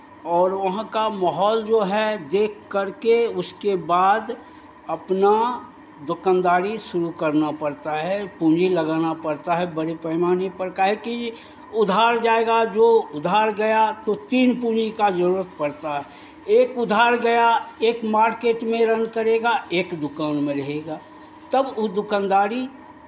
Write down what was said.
और वहाँ का माहौल जो है देख करके उसके बाद अपना दुकानदारी शुरू करना पड़ता है पूँजी लगाना पड़ता है बड़े पैमाने पर काहे कि उधार जाएगा जो उधार गया तो तीन पूँजी का जरूरत पड़ता है एक उधार गया एक मार्केट में रन करेगा एक दुकान में रहेगा तब वो दुकानदारी